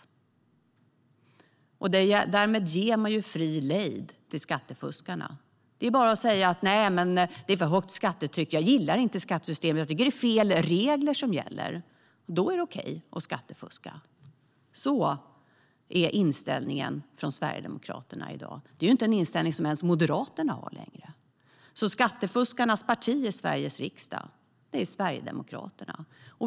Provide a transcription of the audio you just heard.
Därmed ger Sverigedemokraterna fri lejd till skattefuskarna. Det är bara att säga att det är ett för högt skattetryck; jag gillar inte skattesystemet. Jag tycker att fel regler gäller, och då är det okej att skattefuska. Så är inställningen från Sverigedemokraterna i dag. Det är inte en inställning som ens Moderaterna har längre. Skattefuskarnas parti i Sveriges riksdag är Sverigedemokraterna.